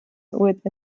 with